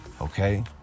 Okay